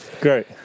great